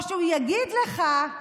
או שהוא יגיד לך: